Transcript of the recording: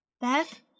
Beth